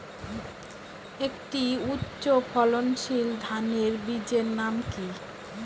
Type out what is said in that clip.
একটি উচ্চ ফলনশীল ধানের বীজের নাম কী?